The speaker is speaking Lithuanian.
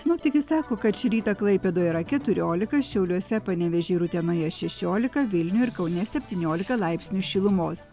sinoptikai sako kad šį rytą klaipėdoje yra keturiolika šiauliuose panevėžy ir utenoje šešiolika vilniuje ir kaune septyniolika laipsnių šilumos